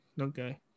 Okay